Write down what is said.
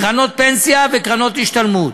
קרנות פנסיה וקרנות השתלמות.